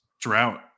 drought